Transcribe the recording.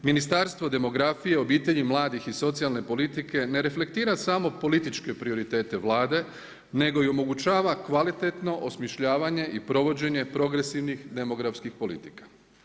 Ministarstvo demografije, obitelji, mladih i socijalne politike ne reflektira samo političke prioritete Vlade nego i omogućava kvalitetno osmišljavanje i provođenje progresivnih politika.